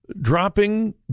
Dropping